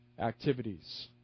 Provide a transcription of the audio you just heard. activities